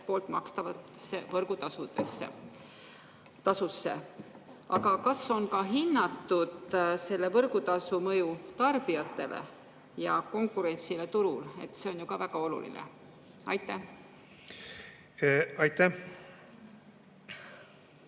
poolt makstavasse võrgutasusse. Kas on ka hinnatud selle võrgutasu mõju tarbijatele ja konkurentsile turul? See on ju ka väga oluline. Aitäh! Austatud